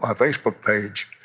ah facebook page,